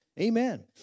Amen